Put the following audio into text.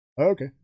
Okay